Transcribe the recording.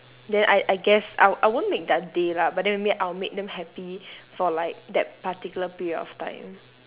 then I I guess I I won't make their day lah but then maybe I'll make them happy for like that particular period of time